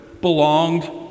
belonged